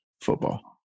football